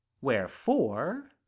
wherefore